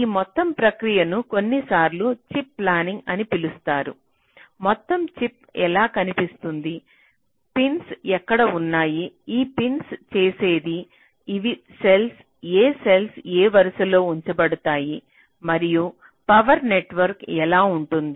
ఈ మొత్తం ప్రక్రియను కొన్నిసార్లు చిప్ ప్లానింగ్ అని పిలుస్తారు మొత్తం చిప్ ఎలా కనిపిస్తుంది పిన్స్ ఎక్కడ ఉన్నాయి ఈ పిన్స్ చేసేది ఇవి సెల్స్ ఏ సెల్స్ ఏ వరుసలలో ఉంచబడతాయి మరియు పవర్ నెట్వర్క్ ఎలా ఉంటుంది